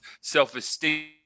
self-esteem